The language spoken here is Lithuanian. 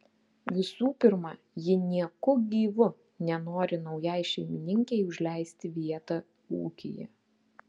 visų pirma ji nieku gyvu nenori naujai šeimininkei užleisti vietą ūkyje